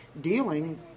dealing